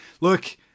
Look